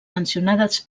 mencionades